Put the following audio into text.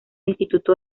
instituto